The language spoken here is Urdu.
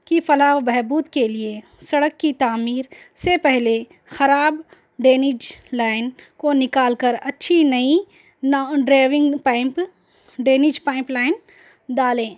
کی فلاح و بہبود کے لیے سڑک کی تعمیر سے پہلے خراب ڈینج لائن کو نکال کر اچھی نئی نا ڈریونگ پانئپ ڈینج پانئپ لائن ڈالیں